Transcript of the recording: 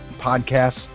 podcasts